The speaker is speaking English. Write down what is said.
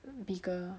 bigger